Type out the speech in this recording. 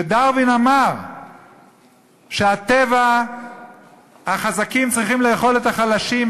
ודרווין אמר שבטבע החזקים צריכים לאכול את החלשים,